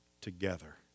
together